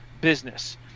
business